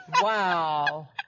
Wow